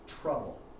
trouble